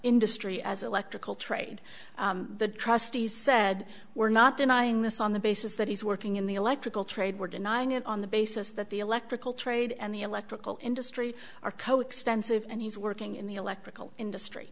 industry as electrical trade the trustees said we're not denying this on the basis that he's working in the electrical trade we're denying it on the basis that the electrical trade and the electrical industry are co extensive and he's working in the electrical industry